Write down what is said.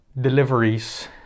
deliveries